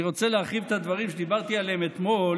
אני רוצה להרחיב את הדברים שדיברתי עליהם אתמול